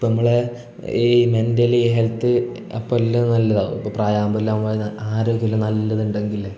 ഇപ്പോൾ നമ്മളെ ഈ മെൻ്റലിയെ ഹെൽത്ത് അപ്പോൾ എല്ലാം നല്ലതാകും ഇപ്പോൾ പ്രായവുമ്പോൾ എല്ലാം ആരോഗ്യമല്ല നല്ലതുണ്ടെങ്കിൽ ഇല്ലെ